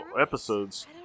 episodes